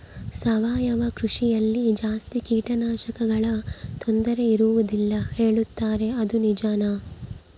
ಸಾವಯವ ಕೃಷಿಯಲ್ಲಿ ಜಾಸ್ತಿ ಕೇಟನಾಶಕಗಳ ತೊಂದರೆ ಇರುವದಿಲ್ಲ ಹೇಳುತ್ತಾರೆ ಅದು ನಿಜಾನಾ?